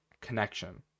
connection